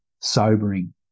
sobering